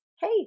Hey